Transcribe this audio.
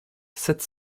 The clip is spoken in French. sept